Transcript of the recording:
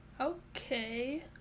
Okay